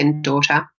daughter